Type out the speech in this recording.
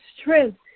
strength